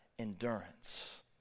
endurance